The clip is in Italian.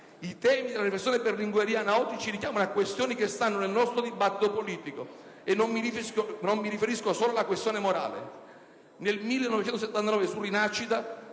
I temi della riflessione berlingueriana, oggi, ci richiamano a questioni che stanno nel nostro dibattito politico, e non mi riferisco solo alla questione morale. Nel 1979, su «Rinascita»,